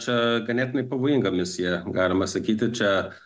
čia ganėtinai pavojingomis jie galima sakyti čia